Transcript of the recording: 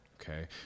Okay